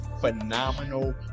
phenomenal